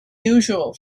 usual